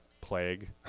plague